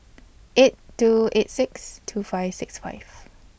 eight two eight six two five six five